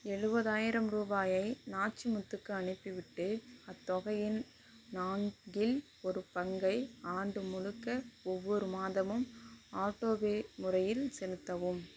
எழுபதாயிரம் ரூபாயை நாச்சிமுத்துக்கு அனுப்பிவிட்டு அத்தொகையின் நான்கில் ஒரு பங்கை ஆண்டு முழுக்க ஒவ்வொரு மாதமும் ஆட்டோபே முறையில் செலுத்தவும்